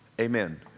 Amen